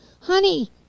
Honey